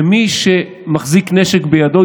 שמי שמחזיק נשק בידו,